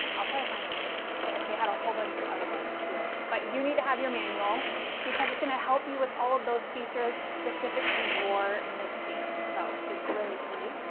i'll try to find the link they had a whole bunch of other ones too but you need to have your manual because it's gonna help you with all of those features specific to your machine so it's really key.